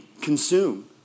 consume